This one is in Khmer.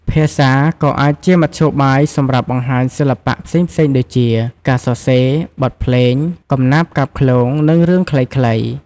ភាសាក៏អាចជាមធ្យោបាយសម្រាប់បង្ហាញសិល្បៈផ្សេងៗដូចជា ការសរសេរ បទភ្លេង កំណាព្យកាបឃ្លោង និងរឿងខ្លីៗ។